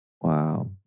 Wow